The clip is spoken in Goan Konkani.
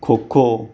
खो खो